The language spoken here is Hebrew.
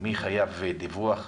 מי חייב דיווח.